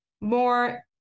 more